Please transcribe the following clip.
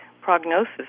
prognosis